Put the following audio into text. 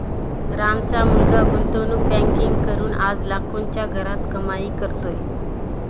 रामचा मुलगा गुंतवणूक बँकिंग करून आज लाखोंच्या घरात कमाई करतोय